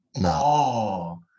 No